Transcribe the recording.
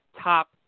top